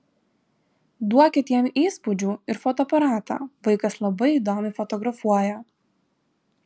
duokit jam įspūdžių ir fotoaparatą vaikas labai įdomiai fotografuoja